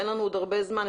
אין לנו עוד הרבה זמן,